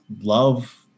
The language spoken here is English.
love